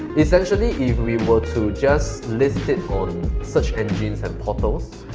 essentially if we were to just list it on search engines and portals,